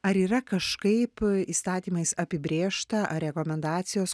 ar yra kažkaip įstatymais apibrėžta ar rekomendacijos